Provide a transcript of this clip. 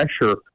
pressure